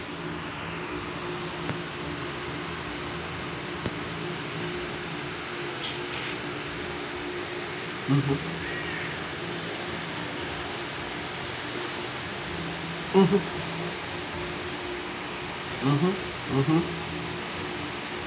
mmhmm mmhmm mmhmm mmhmm